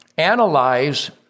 Analyze